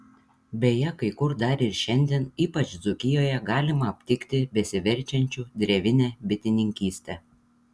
beje kai kur dar ir šiandien ypač dzūkijoje galima aptikti besiverčiančių drevine bitininkyste